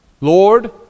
Lord